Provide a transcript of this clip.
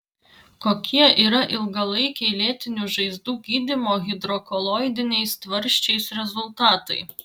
kokie yra ilgalaikiai lėtinių žaizdų gydymo hidrokoloidiniais tvarsčiais rezultatai